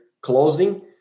closing